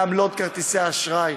בעמלות כרטיסי האשראי.